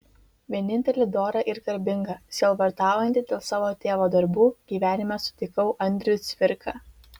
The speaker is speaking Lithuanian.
vienintelį dorą ir garbingą sielvartaujantį dėl savo tėvo darbų gyvenime sutikau andrių cvirką